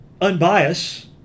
unbiased